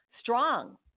strong